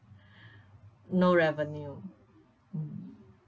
no revenue